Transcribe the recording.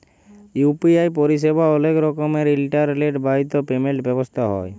UPI পরিসেবা অলেক রকমের ইলটারলেট বাহিত পেমেল্ট ব্যবস্থা হ্যয়